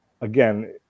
again